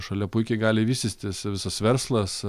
šalia puikiai gali vystytis visas verslas